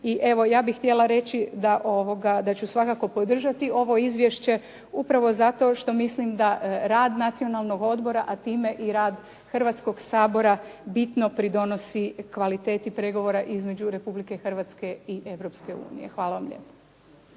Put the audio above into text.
I evo ja bih htjela reći da ću svakako podržati ovo izvješće upravo zato što mislim da rad Nacionalnog odbora, a time i rad Hrvatskog sabora bitno pridonosi kvaliteti pregovora između Republike Hrvatske i Europske unije. Hvala vam lijepa.